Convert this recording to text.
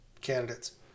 candidates